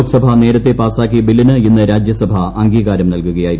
ലോക്സഭ നേരത്തെ പാസാക്കിയ ബില്ലിന് ഇന്ന് രാജ്യസഭ അംഗീകാരം നൽകുകയായിരുന്നു